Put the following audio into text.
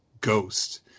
ghost